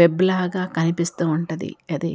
web లాగా కనిపిస్తూ ఉంటుంది అది